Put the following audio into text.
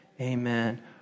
amen